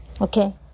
Okay